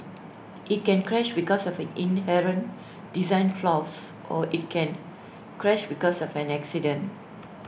IT can crash because of inherent design flaws or IT can crash because of an accident